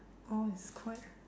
all is quite